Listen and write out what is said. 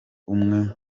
umwe